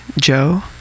Joe